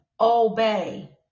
Obey